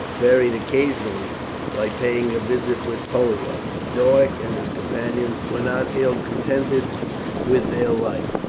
varied occasionally by paying a visit with pollio, boduoc and his companions were not ill contented with their life.